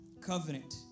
covenant